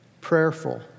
prayerful